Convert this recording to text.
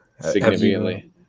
significantly